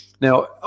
now